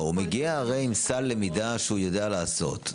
הרי הוא מגיע עם סל למידה שהוא יודע לעשות.